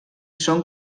són